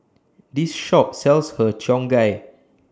This Shop sells Har Cheong Gai